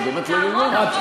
זה באמת לא ייאמן.